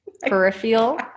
peripheral